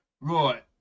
Right